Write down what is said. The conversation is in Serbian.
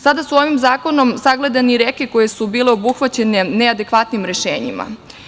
Sada su ovim zakonom sagledane i reke koje su bile obuhvaćene neadekvatnim rešenjima.